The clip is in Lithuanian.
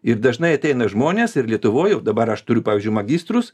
ir dažnai ateina žmonės ir lietuvoj jau dabar aš turiu pavyzdžiui magistrus